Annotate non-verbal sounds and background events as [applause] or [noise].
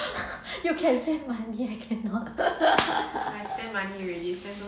[laughs] you can save money I cannot [laughs]